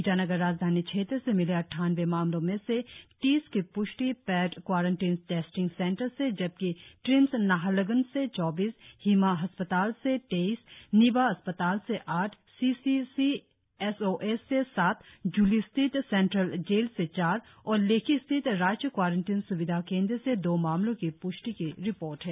ईटानगर राजधानी क्षेत्र से मिले अद्वानबे मामलों में से तीस की प्रष्टि पेड क्वारंटिन टेस्टिंग सेंटर से जबकि ट्रिम्स नाहरलग्न से चौबीस हीमा अस्पताल से तेईस निबा अस्पताल से आठ C C C S O A से सातज्ली स्थित सेंट्रल जेल से चार और लेखी स्थित राज्य क्वारंटिन स्विधा केंद्र से दो मामलों की प्ष्टि की रिपोर्ट है